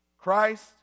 Christ